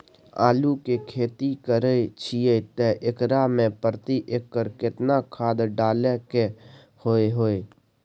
आलू के खेती करे छिये त एकरा मे प्रति एकर केतना खाद डालय के होय हय?